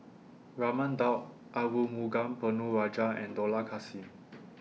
Raman Daud Arumugam Ponnu Rajah and Dollah Kassim